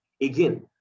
Again